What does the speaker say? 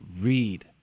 read